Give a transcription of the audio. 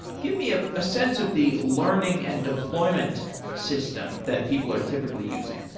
give me ah a sense of the learning and deployment system that people are typically using.